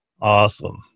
Awesome